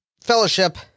fellowship